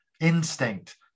instinct